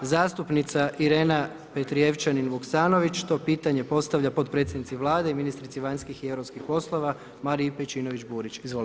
Zastupnica Irena Petrijevčanin Vuksanović, to pitanje postavlja potpredsjednici Vlade i ministrici vanjskih i Europskih poslova, Mariji Pejčinović Burić, izvolite.